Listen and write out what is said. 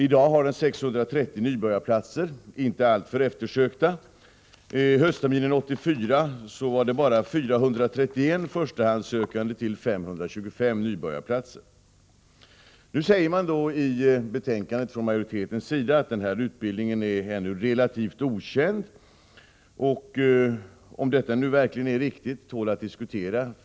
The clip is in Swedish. I dag har den 630 nybörjarplatser — inte alltför eftersökta: höstterminen 1984 var det bara 431 förstahandssökande till 525 nybörjarplatser. Majoriteten i utskottsbetänkandet säger visserligen att denna utbildning ännu är relativt okänd, men om det verkligen är riktigt tål att diskuteras.